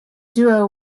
duo